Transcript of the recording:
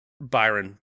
Byron